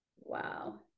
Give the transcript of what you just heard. Wow